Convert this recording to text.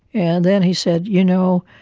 and then he said, you know,